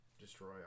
destroy